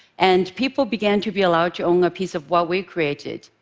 and people began to be allowed to own a piece of what we created.